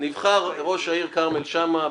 נבחר ראש העיר כרמל שאמה.